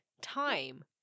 time